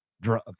drug